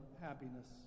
happiness